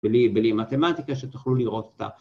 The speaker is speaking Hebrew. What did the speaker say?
‫בלי מתמטיקה שתוכלו לראות את ה..